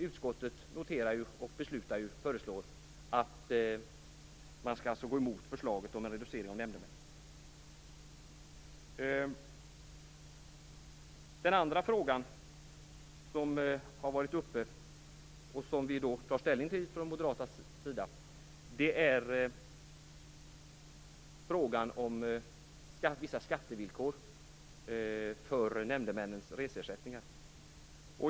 Utskottet föreslår att riksdagen skall gå emot förslaget om en reducering av antalet nämndemän. Den andra frågan som har varit uppe och som vi tar ställning till från moderat sida är frågan om vissa skattevillkor för nämndemännens reseersättningar.